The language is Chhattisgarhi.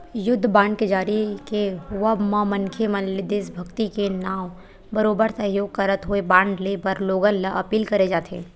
युद्ध बांड के जारी के होवब म मनखे मन ले देसभक्ति के नांव म बरोबर सहयोग करत होय बांड लेय बर लोगन ल अपील करे जाथे